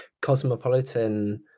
cosmopolitan